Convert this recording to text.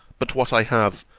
but what i have,